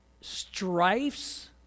strifes